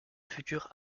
future